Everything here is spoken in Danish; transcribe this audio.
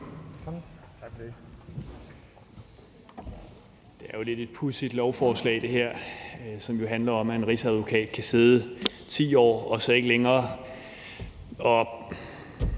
her er jo et lidt pudsigt lovforslag, som handler om, at en rigsadvokat kan sidde 10 år og så ikke længere.